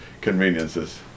conveniences